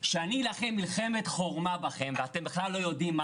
שאני אלחם מלחמת חורמה בכם ואתם בכלל לא יודעים מה